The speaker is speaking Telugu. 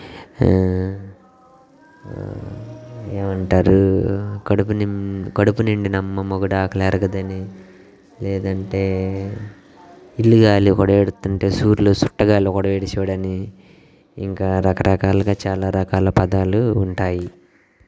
ఏమంటారు కడుపు నిం కడుపు నిండిన అమ్మ మొగుడు ఆకలి ఏరగదని లేదంటే ఇల్లు కాలి ఒకడు ఏడుస్తుంటే సూదిలో చుట్టకాలి ఒకడు ఏడిసేవాడు అని ఇంకా రకరకాలుగా చాలా రకాల పదాలు ఉంటాయి